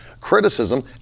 criticism